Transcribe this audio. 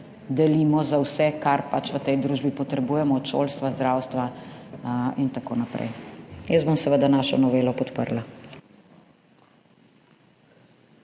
delimo za vse kar pač v tej družbi potrebujemo, od šolstva, zdravstva in tako naprej. Jaz bom seveda našo novelo podprla.